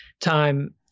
time